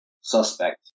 suspect